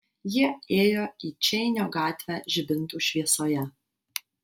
jie ėjo į čeinio gatvę žibintų šviesoje